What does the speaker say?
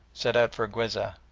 set out for guizeh.